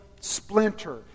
splinter